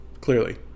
clearly